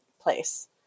place